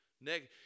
negative